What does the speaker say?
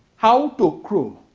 how to crow,